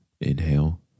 inhale